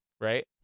right